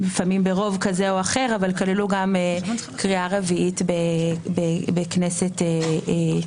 לפעמים ברוב כזה או אחר אבל כללו גם קריאה רביעית בכנסת עוקבת.